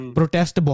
Protest